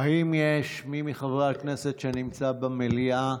האם יש מי מחברי הכנסת שנמצא במליאה,